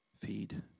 Feed